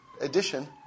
edition